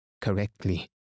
correctly